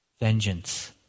vengeance